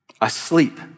Asleep